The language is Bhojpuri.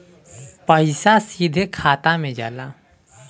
पइसा सीधे खाता में जाला